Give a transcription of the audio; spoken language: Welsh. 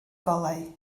golau